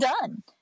done